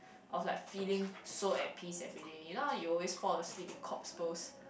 of like feeling so at peace everyday you know you always fall asleep in corpse pose